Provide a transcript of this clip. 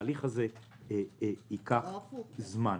התהליך הזה ייקח זמן.